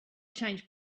change